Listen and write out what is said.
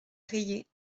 rayée